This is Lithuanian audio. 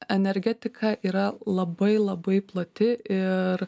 energetika yra labai labai plati ir